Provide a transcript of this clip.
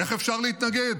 איך אפשר להתנגד?